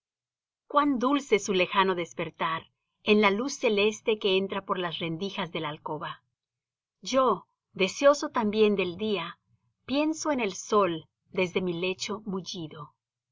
cuan dulce su lejano despertar en la luz celeste que entra por las rendijas de la alcoba yo deseoso también del día pienso en el sol desde mi lecho mullido y